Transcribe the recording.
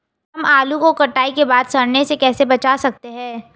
हम आलू को कटाई के बाद सड़ने से कैसे बचा सकते हैं?